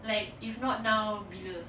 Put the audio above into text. like if not now bila